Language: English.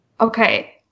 Okay